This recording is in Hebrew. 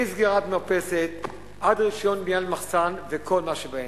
מסגירת מרפסת עד רשיון בניית מחסן וכל מה שבאמצע.